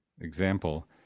example